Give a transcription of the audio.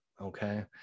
okay